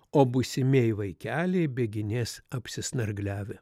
o būsimieji vaikeliai bėginės apsisnargliavę